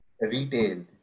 retail